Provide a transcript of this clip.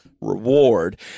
reward